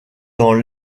dans